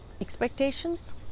expectations